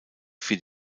für